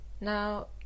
Now